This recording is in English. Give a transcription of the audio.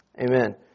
Amen